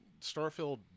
Starfield